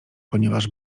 ponieważ